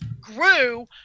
grew